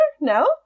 no